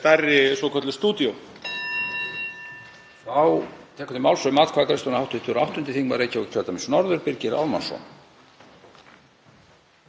stærri svokölluð stúdíó.